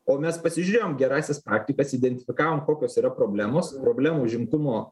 o mes pasižiūrėjom gerąsias praktikas identifikavom kokios yra problemos problemų užimtumo